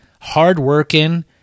hard-working